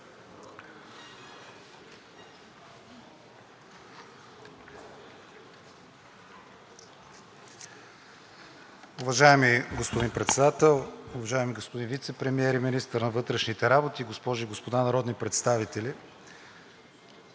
Уважаеми господин Председател, уважаеми господин Вицепремиер и министър на вътрешните работи, госпожи и господа народни представители!